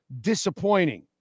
disappointing